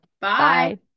Bye